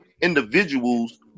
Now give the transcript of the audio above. individuals